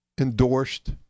endorsed